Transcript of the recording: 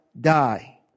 die